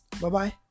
bye-bye